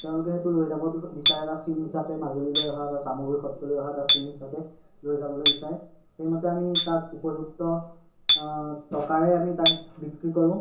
তেওঁলোকে সেইটো লৈ যাব বি বিচাৰে এটা চিন হিচাপে মাজুলীলৈ অহা বা চামগুৰি সত্ৰলৈ অহা এটা চিন হিচাপে লৈ যাবলৈ বিচাৰে সেইমতে আমি তাক উপযুক্ত টকাৰে আমি তাক বিক্ৰী কৰোঁ